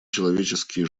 человеческие